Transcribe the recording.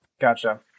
Gotcha